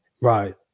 Right